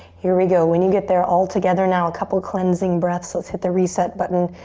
here we go. when you get there all together now, a couple of cleansing breaths. let's hit the reset button.